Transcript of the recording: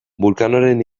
vulcanoren